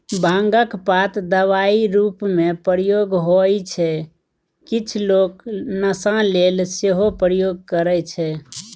भांगक पात दबाइ रुपमे प्रयोग होइ छै किछ लोक नशा लेल सेहो प्रयोग करय छै